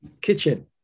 kitchen